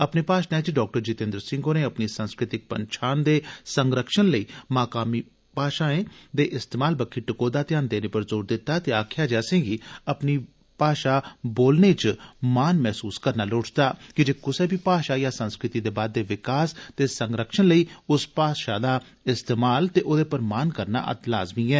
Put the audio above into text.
अपने भाषणै च डॉ जितेन्द्र सिंह होरें अपनी संस्कृतिक पंछान दे संरक्षण लेई मकामी भाषाएं दे इस्तेमाल बक्खी टकोह्दा ध्यान देने पर जोर दित्ता ते आकखेआ जे असेंगी अपनी भाषा बोलने च मान मसूस करना लोड़चदा की जे कुसै बी भाषा जां संस्कृति दे बादृद विकास ते संरक्षण लेई उस भाषा दा इस्तेमाल ते ओदे पर मान करना अत्त लाज़मी ऐ